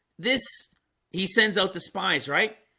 this he sends out the spies, right?